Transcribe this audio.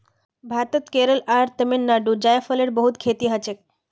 भारतत केरल आर तमिलनाडुत जायफलेर बहुत खेती हछेक